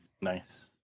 Nice